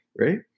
Right